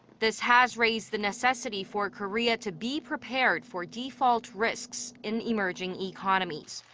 this has raised the necessity for korea to be prepared for default risks in emerging economies.